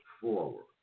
forward